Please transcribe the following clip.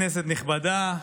כנסת נכבדה,